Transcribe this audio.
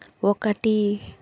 ఒకటి